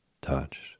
touched